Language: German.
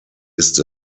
ist